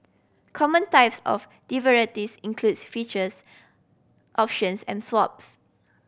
common types of derivatives includes futures options and swaps